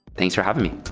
thanks for having me